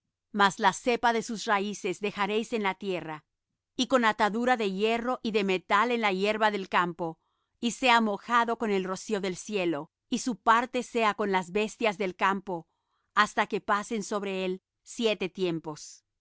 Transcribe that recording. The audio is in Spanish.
mas la cepa de sus raíces dejaréis en la tierra y con atadura de hierro y de metal en la hierba del campo y sea mojado con el rocío del cielo y su parte sea con las bestias del campo hasta que pasen sobre él siete tiempos